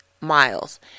Miles